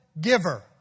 giver